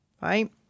Right